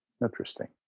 Interesting